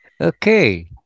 Okay